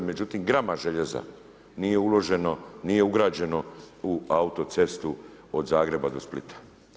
Međutim, grama željeza nije uloženo, nije ugrađeno u autocestu od Zagreba do Splita.